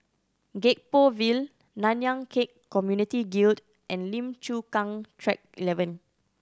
Gek Poh Ville Nanyang Khek Community Guild and Lim Chu Kang Track Eleven